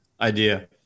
idea